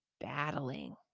battling